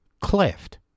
cleft